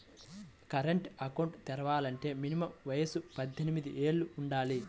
current account తెరవాలంటే minimum వయసు పద్దెనిమిది యేళ్ళు వుండాలి